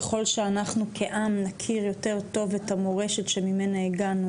ככול שאנחנו כעם נכיר יותר טוב את המורשת שממנה הגענו,